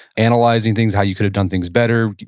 analyzing things, how you could have done things better,